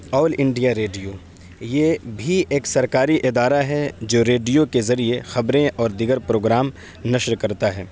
آل India Radio یہ بھی ایک سرکاری ادارہ ہے جو ریڈیو کے ذریعے خبریں اور دیگر پروگرام نشر کرتا ہے